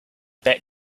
back